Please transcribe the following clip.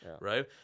right